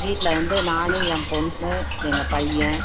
வீட்டில வந்து நான் என் பொண்ணு எங்கள் பையன்